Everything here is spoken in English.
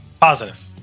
Positive